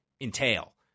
entail